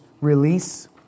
release